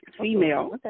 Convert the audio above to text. female